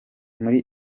muri